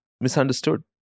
misunderstood